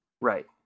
Right